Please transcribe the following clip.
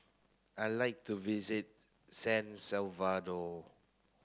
I like to visit San Salvador